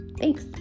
Thanks